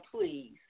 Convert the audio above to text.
please